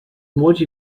młodzi